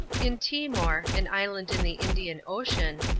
in timor, an island in the indian ocean,